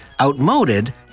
outmoded